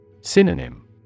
Synonym